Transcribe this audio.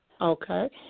Okay